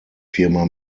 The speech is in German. firma